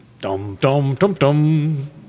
Dum-dum-dum-dum